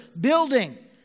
building